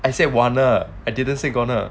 I said I want I didn't say gonna